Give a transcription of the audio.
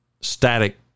static